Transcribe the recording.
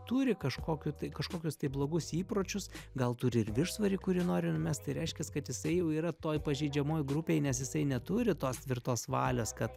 turi kažkokių tai kažkokius tai blogus įpročius gal turi ir viršsvorį kurį nori numest tai reiškias kad jisai jau yra toj pažeidžiamoj grupėj nes jisai neturi tos tvirtos valios kad